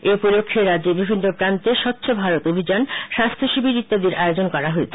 এ উপলক্ষে রাজ্যের বিভিন্ন প্রান্তে স্বচ্ছ ভারত অভিযান স্বাস্থ্য শিবির ইত্যাদির আয়োজন করা হয়েছে